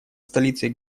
столицей